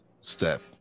step